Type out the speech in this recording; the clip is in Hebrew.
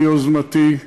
ביוזמתי,